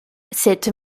cette